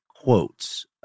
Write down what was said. quotes